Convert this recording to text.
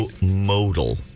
Modal